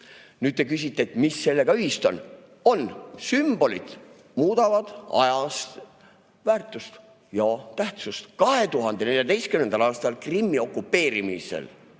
Nüüd te küsite, et mis sellega ühist on. Sümbolid muudavad ajas väärtust ja tähtsust. 2014. aastal Krimmi okupeerimisel